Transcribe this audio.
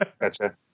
Gotcha